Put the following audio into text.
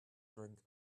drink